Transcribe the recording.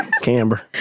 Camber